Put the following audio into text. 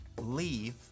leave